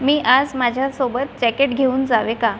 मी आज माझ्या सोबत जॅकेट घेऊन जावे का